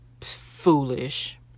foolish